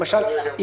למשל,